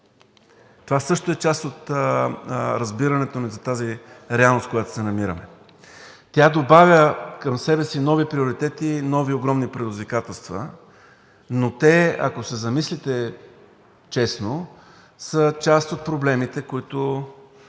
Това също е част от разбирането за тази реалност, в която се намираме. Тя добавя към себе си нови приоритети, нови огромни предизвикателства, но те, ако се замислите честно, са част от проблемите, които